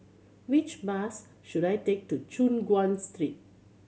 which bus should I take to Choon Guan Street